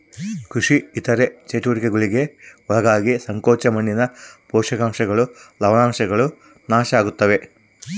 ಕೃಷಿ ಇತರ ಚಟುವಟಿಕೆಗುಳ್ಗೆ ಒಳಗಾಗಿ ಸಂಕೋಚ ಮಣ್ಣಿನ ಪೋಷಕಾಂಶಗಳು ಲವಣಾಂಶಗಳು ನಾಶ ಆಗುತ್ತವೆ